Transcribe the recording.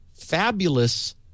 Fabulous